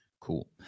cool